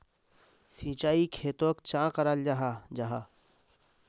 सिंचाई खेतोक चाँ कराल जाहा जाहा?